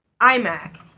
iMac